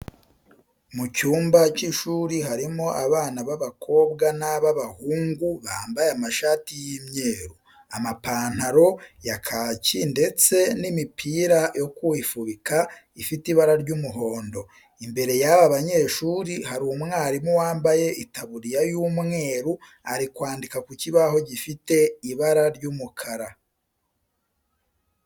Mu cyumba cy'ishuri harimo abana b'abakobwa n'ab'abahungu bambaye amashati y'imyeru, amapantaro ya kaki ndetse n'imipira yo kwifubika ifite ibara ry'umuhondo. Imbere y'aba banyeshuri hari umwarimu wambaye itaburiya y'umweru ari kwandika ku kibaho gifite ibara ry'umukara